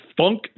funk